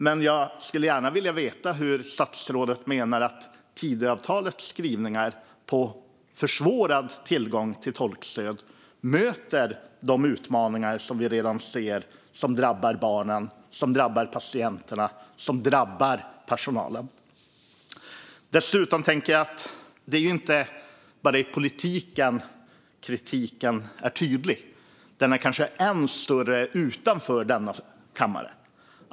Men jag skulle gärna vilja veta hur statsrådet menar att Tidöavtalets skrivningar om försvårad tillgång till tolkstöd möter de utmaningar som vi redan ser och som drabbar barnen, patienterna och personalen. Dessutom tänker jag att det inte bara är i politiken som kritiken är tydlig. Den är kanske än större utanför denna kammare.